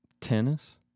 tennis